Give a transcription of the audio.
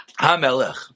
HaMelech